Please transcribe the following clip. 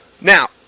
Now